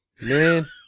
Man